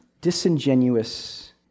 disingenuous